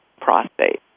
prostate